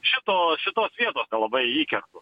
šito šitos vietos nelabai įkertu